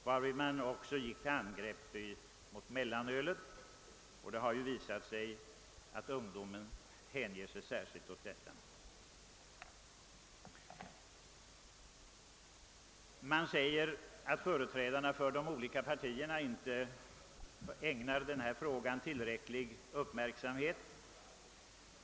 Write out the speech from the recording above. — Man har också gått till angrepp mot mellanölet; det har ju visat sig att ungdomen i särskilt hög grad hänger sig åt öldrickande. Det sägs att företrädarna för de olika politiska partierna inte ägnar dessa problem tillräcklig uppmärksamhet.